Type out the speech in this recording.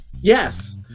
Yes